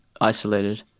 isolated